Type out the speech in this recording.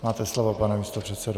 Máte slovo, pane místopředsedo.